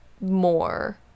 more